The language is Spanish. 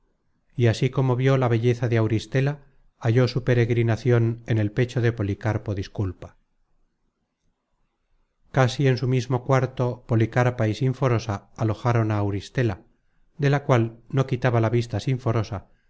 y así como vió la belleza de auristela halló su peregrinacion en el pecho de policarpo disculpa casi en su mismo cuarto policarpa y sinforosa alojaron á auristela de la cual no quitaba la vista sinforosa